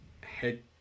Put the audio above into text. head